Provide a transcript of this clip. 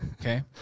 Okay